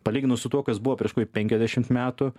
palyginus su tuo kas buvo prieš kokį penkiasdešim metų